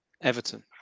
Everton